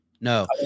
no